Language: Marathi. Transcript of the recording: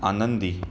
आनंदी